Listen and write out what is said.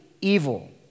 evil